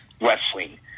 wrestling